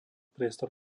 priestor